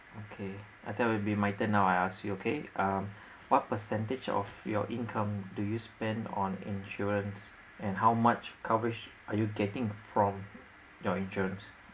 okay I think that'll be my turn now I ask you okay uh what percentage of your income do you spend on insurance and how much coverage are you getting from your insurance